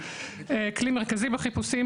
כלי מרכזי בחיפושים,